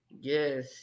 Yes